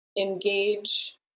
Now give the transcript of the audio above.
engage